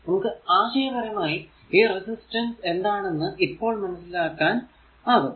നമുക്ക് ആശയ പരമായി ഈ റെസിസ്റ്റൻസ് എന്താണെന്നു ഇപ്പോൾ മനസ്സിലാക്കാൻ ആകും